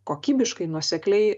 kokybiškai nuosekliai